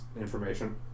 information